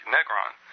Negron